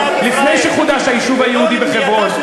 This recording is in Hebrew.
לפני שחודש היישוב היהודי בחברון,